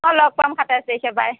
অঁ ল'গ পাম সাতাইছ তাৰিখে বাই